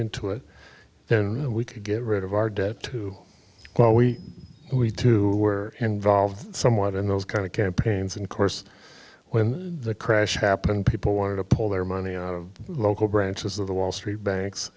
into it then we could get rid of our debt to well we we too were involved somewhat in those kind of campaigns and course when the crash happened people wanted to pull their money out of local branches of the wall street banks